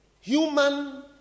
human